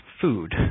food